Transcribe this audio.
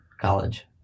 college